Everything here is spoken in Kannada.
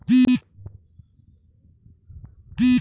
ಖಾಸಗಿ ಕಂಪನ್ಯಾಗ ನಾನು ಕೆಲಸ ಮಾಡ್ತೇನ್ರಿ, ನನಗ ವೈಯಕ್ತಿಕ ಸಾಲ ಕೊಡ್ತೇರೇನ್ರಿ?